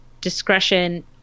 discretion